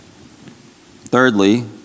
Thirdly